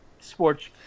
sports